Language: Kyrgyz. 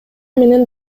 менен